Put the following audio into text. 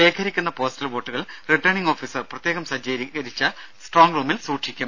ശേഖരിക്കുന്ന പോസ്റ്റൽ വോട്ടുകൾ returning officer പ്രത്യേകം സജ്ജീകരിച്ച സ്ട്രോങ് റൂമിൽ സൂക്ഷിക്കും